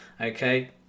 okay